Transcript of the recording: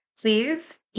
please